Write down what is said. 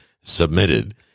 submitted